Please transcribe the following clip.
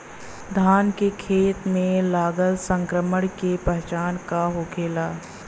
धान के खेत मे लगल संक्रमण के पहचान का होखेला?